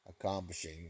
accomplishing